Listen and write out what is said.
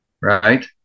right